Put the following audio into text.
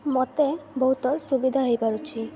ମତେ ବହୁତ ସୁବିଧା ହେଇପାରୁଛି